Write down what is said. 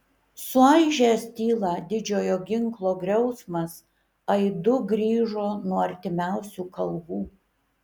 suaižęs tylą didžiojo ginklo griausmas aidu grįžo nuo artimiausių kalvų